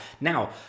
Now